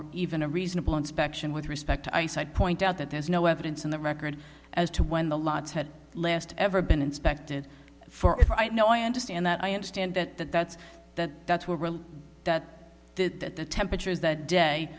or even a reasonable inspection with respect to ice i'd point out that there's no evidence in the record as to when the lats had last ever been inspected for it right now i understand that i understand that that that's that that's what that did that the temperatures that day